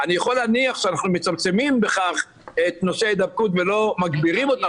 אני יכול להניח שאנחנו מצמצמים בכך את נושא ההידבקות ולא מגבירים אותו.